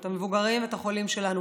את המבוגרים ואת החולים שלנו.